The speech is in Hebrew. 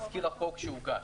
תזכיר החוק שהוגש.